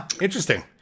interesting